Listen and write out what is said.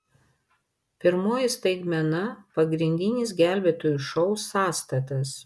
pirmoji staigmena pagrindinis gelbėtojų šou sąstatas